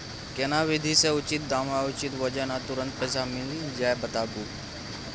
केना विधी से उचित दाम आ उचित वजन आ तुरंत पैसा मिल जाय बताबू?